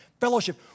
Fellowship